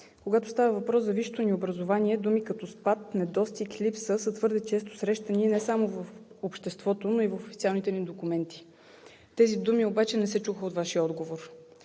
когато става въпрос за висшето ни образование, думи като спад, недостиг и липса са твърде често срещани не само в обществото, но и в официалните ни документи. Тези думи обаче не се чуха от Вашия отговор.